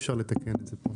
אז אי אפשר לתקן את זה.